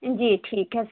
जी ठीक है